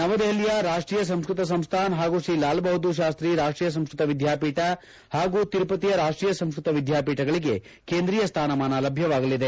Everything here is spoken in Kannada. ನವದೆಪಲಿಯ ರಾಷ್ಷೀಯ ಸಂಸ್ಟತ್ ಸಂಸ್ಟಾನ್ ಹಾಗೂ ಶ್ರೀ ಲಾಲ್ಬಹದ್ದೂರ್ ಶಾಸ್ತ್ರಿ ರಾಷ್ಟೀಯ ಸಂಸ್ಟತ ವಿದ್ಯಾಪೀಠ ಹಾಗೂ ತಿರುಪತಿಯ ರಾಷ್ಟೀಯ ಸಂಸ್ಕತ ವಿದ್ಯಾಪೀಠಗಳಿಗೆ ಕೇಂದ್ರೀಯ ಸ್ಥಾನಮಾನ ಲಭ್ಯವಾಗಲಿದೆ